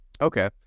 Okay